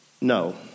No